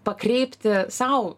pakreipti sau